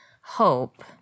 hope